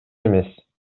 эмес